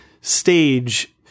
stage